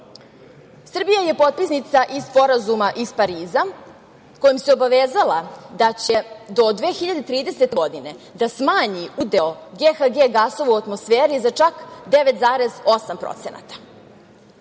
je potpisnica i Sporazuma iz Pariza, kojim se obavezala da će do 2030. godine da smanji udeo GHG gasova u atmosferi za čak 9,8%.